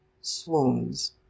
Swoons